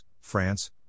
France